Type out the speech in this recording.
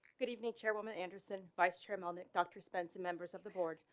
good evening chair woman anderson vice chairman, that doctor spencer, members of the board,